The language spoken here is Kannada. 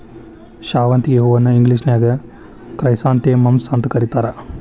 ಶಾವಂತಿಗಿ ಹೂವನ್ನ ಇಂಗ್ಲೇಷನ್ಯಾಗ ಕ್ರೈಸಾಂಥೆಮಮ್ಸ್ ಅಂತ ಕರೇತಾರ